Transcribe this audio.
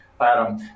Adam